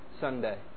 Sunday